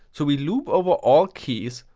so we loop over all keys,